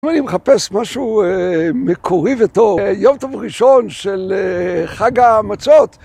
אם אני מחפש משהו מקורי וטוב, יום טוב ראשון של חג המצות.